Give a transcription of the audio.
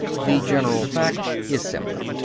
the general fact is simple.